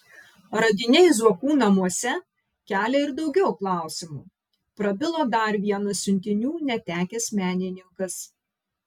radiniai zuokų namuose kelia ir daugiau klausimų prabilo dar vienas siuntinių netekęs menininkas